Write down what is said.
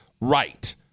right